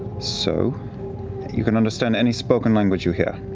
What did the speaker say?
so you can understand any spoken language you hear.